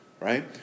right